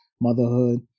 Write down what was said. motherhood